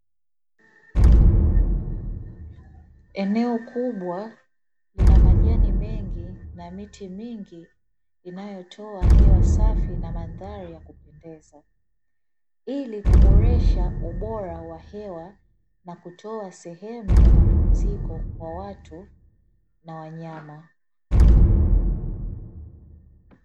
Eneo kubwa lina majani mengi na miti mingi inayotoa hewa safi na mandhari ya kupendeza, ili kuboresha ubora wa hewa na kutoa sehemu ya mapumziko kwa watu na wanyama.